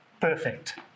perfect